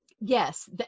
Yes